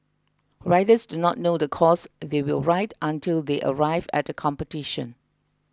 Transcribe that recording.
riders do not know the course they will ride until they arrive at the competition